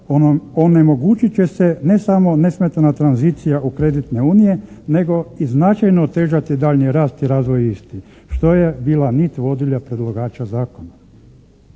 onemogućit će se ne samo nesmetana tranzicija u kreditne unije nego i značajno otežati daljnji rad te razvoj istih, što je bila nit vodilja predlagača zakona.